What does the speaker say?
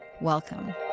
Welcome